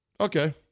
Okay